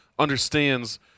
understands